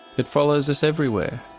it follows us everywhere.